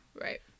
Right